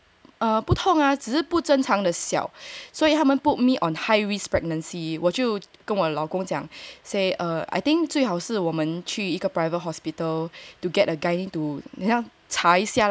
不痛啊只是不正常的小所以他们 put me on high risk pregnancy 我就跟我老公讲 say err I think 最好是我们去一个 private hospital to get a gynae to 好像查一下